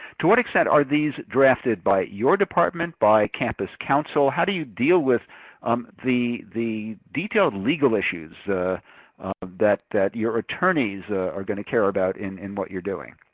to what extent are these drafted by your department, by campus counsel, how do you deal with um the the detailed legal issues that that your attorneys are are gonna care about in in what you're doing?